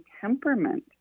temperament